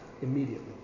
Immediately